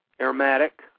Aromatic